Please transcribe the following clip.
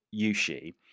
Yushi